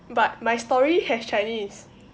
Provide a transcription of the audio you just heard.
but my story has chinese